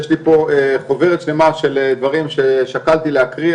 יש לי פה חוברת שלמה של דברים ששקלתי להקריא,